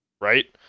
right